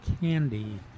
candy